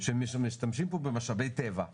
שמשתמשים פה במשאבי טבע שלנו,